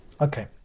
okay